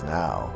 now